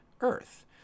Earth